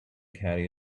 carry